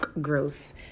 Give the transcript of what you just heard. gross